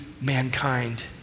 mankind